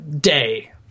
day